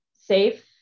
safe